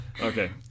Okay